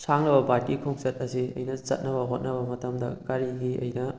ꯁꯥꯡꯂꯕ ꯄꯥꯔꯇꯤ ꯈꯣꯡꯆꯠ ꯑꯁꯤ ꯑꯩꯅ ꯆꯠꯅꯕ ꯍꯣꯠꯅꯕ ꯃꯇꯝꯗ ꯀꯔꯤꯒꯤ ꯑꯩꯅ